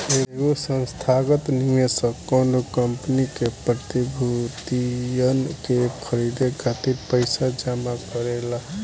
एगो संस्थागत निवेशक कौनो कंपनी के प्रतिभूतियन के खरीदे खातिर पईसा जमा करेला